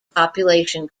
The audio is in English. population